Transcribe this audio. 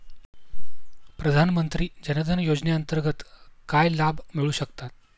प्रधानमंत्री जनधन योजनेअंतर्गत काय लाभ मिळू शकतात?